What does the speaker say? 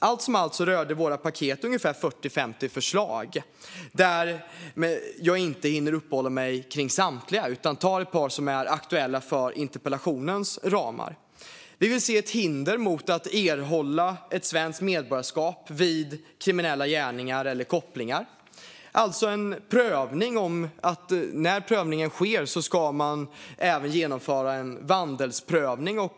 Allt som allt rör våra paket ungefär 40-50 förslag. Jag hinner inte uppehålla mig vid samtliga utan tar ett par som är aktuella inom interpellationens ramar. Vi vill se ett hinder mot erhållande av svenskt medborgarskap vid kriminella gärningar eller kopplingar. Det är alltså en prövning som görs, och när den sker ska man även genomföra en vandelsprövning.